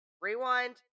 Rewind